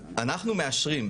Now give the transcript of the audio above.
אנחנו מאשרים.